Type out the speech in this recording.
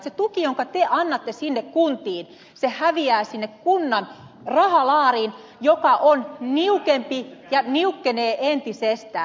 se tuki jonka te annatte sinne kuntiin häviää sinne kunnan rahalaariin joka on niukempi ja niukkenee entisestään